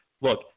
Look